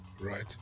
right